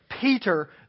Peter